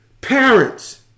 Parents